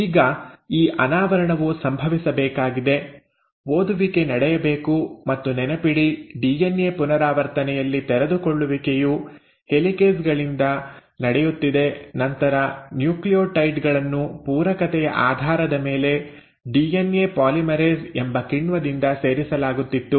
ಈಗ ಈ ಅನಾವರಣವು ಸಂಭವಿಸಬೇಕಾಗಿದೆ ಓದುವಿಕೆ ನಡೆಯಬೇಕು ಮತ್ತು ನೆನಪಿಡಿ ಡಿಎನ್ಎ ಪುನರಾವರ್ತನೆಯಲ್ಲಿ ತೆರೆದುಕೊಳ್ಳುವಿಕೆಯು ಹೆಲಿಕೇಸ್ ಗಳಿಂದ ನಡೆಯುತ್ತಿದೆ ನಂತರ ನ್ಯೂಕ್ಲಿಯೋಟೈಡ್ ಗಳನ್ನು ಪೂರಕತೆಯ ಆಧಾರದ ಮೇಲೆ ಡಿಎನ್ಎ ಪಾಲಿಮರೇಸ್ ಎಂಬ ಕಿಣ್ವದಿಂದ ಸೇರಿಸಲಾಗುತ್ತಿತ್ತು